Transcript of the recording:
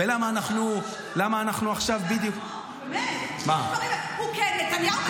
ולמה אנחנו למה אנחנו עכשיו בדיוק --- הוא לא מבשל לעצמו.